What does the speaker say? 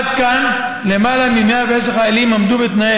עד כה למעלה מ-110 חיילים עמדו בתנאי